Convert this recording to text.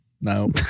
No